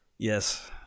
yes